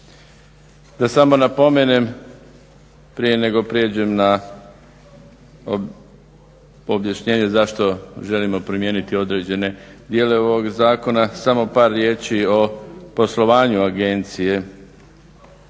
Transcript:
Da samo napomenem prije nego prijeđem na objašnjenje zašto želimo promijeniti određene dijelove ovog zakona samo par riječi o poslovanju agencije